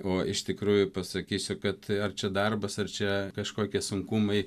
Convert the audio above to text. o iš tikrųjų pasakysiu kad ar čia darbas ar čia kažkokie sunkumai